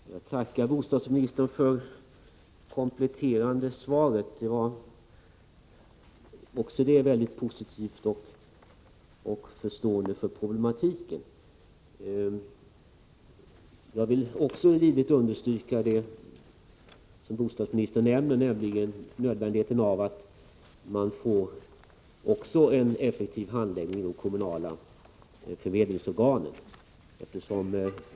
Herr talman! Jag tackar bostadsministern för kompletteringen. Den är ytterligare ett bevis på den positiva inställning till och den förståelse för problematiken i detta sammanhang som bostadsministern har. Även jag vill livligt understryka det som bostadsministern nämnde nyss, nämligen nödvändigheten av effektivitet också när det gäller de kommunala förmedlingsorganens handläggning av dessa frågor.